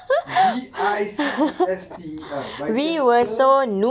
B I C E S T E R bicester